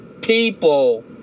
people